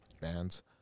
bands